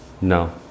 no